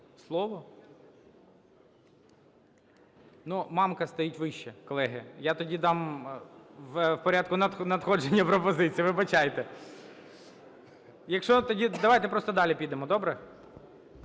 Слово? Ну, Мамка стоїть вище, колеги. Я тоді дам в порядку надходження пропозицій, вибачайте. Якщо тоді… Давайте просто далі підемо, добре?